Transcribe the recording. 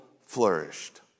flourished